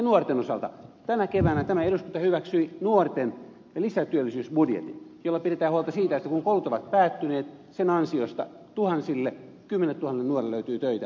nuorten osalta tänä keväänä tämä eduskunta hyväksyi nuorten lisätyöllisyysbudjetin jolla pidetään huolta siitä että kun koulut ovat päättyneet sen ansiosta kymmenilletuhansille nuorille löytyy töitä